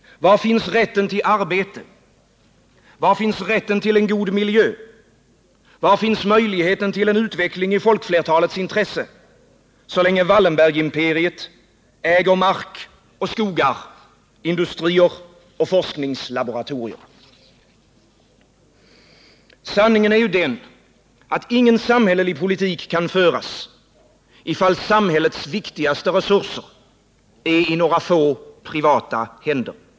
Var finns rätten till arbete, var finns rätten till en god miljö, var finns möjligheten till en utveckling i folkflertalets intresse så länge Wallenbergimperiet äger mark och skogar, industrier och forskningslaboratorier? Sanningen är att ingen samhällelig politik kan föras om samhällets viktigaste resurser är i några få privata händer.